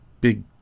big